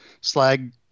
slag